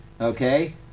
okay